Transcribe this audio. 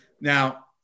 now